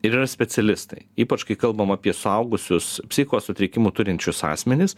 ir yra specialistai ypač kai kalbam apie suaugusius psichikos sutrikimų turinčius asmenis